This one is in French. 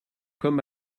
comme